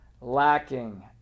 lacking